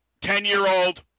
Ten-year-old